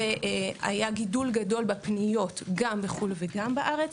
היה גידול גדול בפניות גם בחו"ל וגם בארץ.